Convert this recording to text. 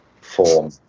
form